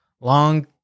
long